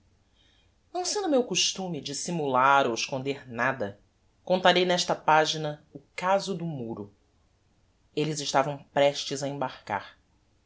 sendo meu costume dissimular ou esconder nada contarei nesta pagina o caso do muro elles estavam prestes a embarcar